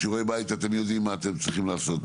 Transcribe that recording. שיעורי בית אתם יודעים מה אתם צריכים לעשות?